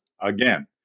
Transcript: again